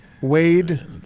Wade